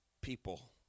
people